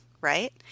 right